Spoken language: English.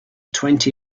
twenty